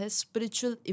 spiritual